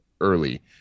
early